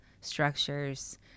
structures